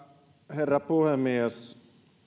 herra puhemies